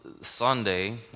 Sunday